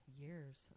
years